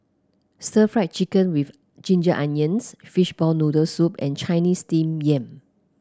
Stir Fried Chicken with Ginger Onions Fishball Noodle Soup and Chinese Steamed Yam